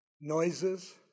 Noises